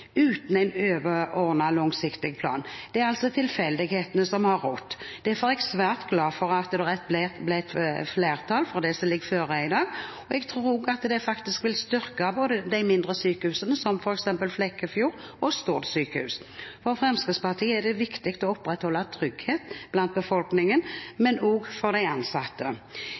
uten en overordnet langsiktig plan. Det er altså tilfeldighetene som har rådd. Derfor er jeg svært glad for at det er et bredt flertall for det som foreligger i dag. Jeg tror faktisk at det også vil styrke de mindre sykehusene, som f.eks. det i Flekkefjord og Stord sjukehus. For Fremskrittspartiet er det viktig å opprettholde trygghet blant befolkningen, men også for de